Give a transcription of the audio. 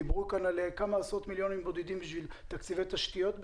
דיברו כאן על כמה עשרות מיליונים בודדים בשביל תקציבי תשתיות בשנה,